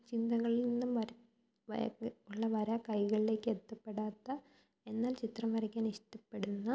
ചിന്തകളില് നിന്നും വര ഉള്ള വര കൈകളിലേക്കെത്തിപ്പെടാത്ത എന്നാല് ചിത്രം വരയ്ക്കാനിഷ്ടപ്പെടുന്ന